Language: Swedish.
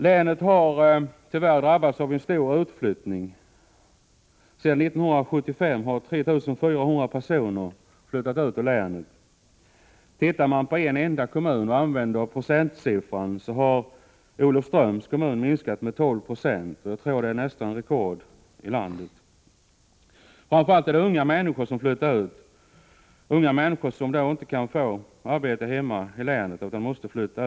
Blekinge län har tyvärr drabbats av en stor utflyttning. Sedan 1975 har 3 400 personer flyttat ut ur länet. För att ta en enda kommun som exempel, skulle Olofströms kommun ha minskat med 12 96. Jag tror nästan det är rekord i landet. Framför allt är det unga människor som flyttar ut, som inte kan få arbete hemma i länet utan måste flytta.